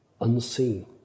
unseen